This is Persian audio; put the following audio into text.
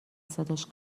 صداش